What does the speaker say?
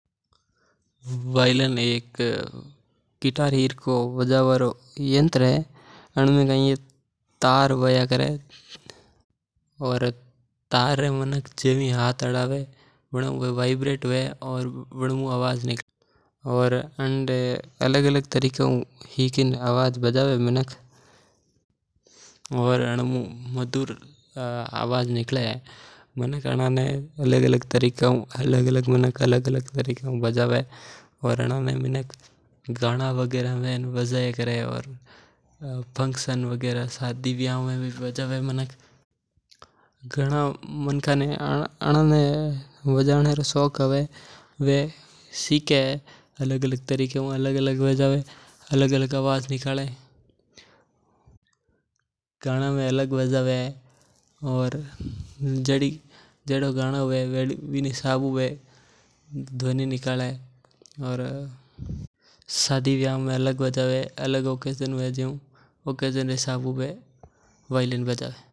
वायलिन एक गिटार हिर्खो यंत्र होओ भी बाजवा में काम आवे ओ लकड़ी रो बण्योदो हुया करे। आणमे में भी गिटार जियु तार हुया करे वण पर हाथ आदावा जना वे वाइब्रेट हुवे और वणा मू आवाज आया करे। मानक आणे शादी वियाव और अलग अलग फंक्शन में बजाया करे। और वायलिन गायक रै काम में आया करे और मानक आणे गाना रै हथै बजाया करे।